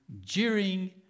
jeering